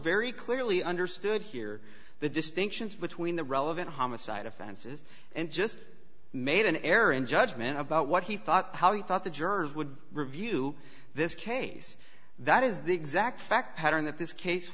very clearly understood here the distinctions between the relevant homicide offenses and just made an error in judgment about what he thought how he thought the jurors would review this case that is the exact fact pattern that this ca